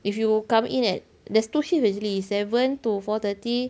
if you come in at there's two shift actually seven to four thirty